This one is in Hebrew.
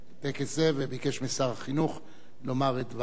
וביקש משר החינוך לומר את דבר הממשלה.